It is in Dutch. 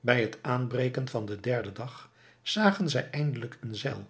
bij het aanbreken van den derden dag zagen zij eindelijk een zeil